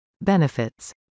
Benefits